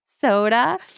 soda